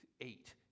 eight